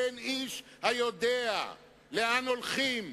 אין איש היודע לאן הולכים,